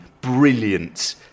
brilliant